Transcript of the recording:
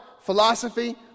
philosophy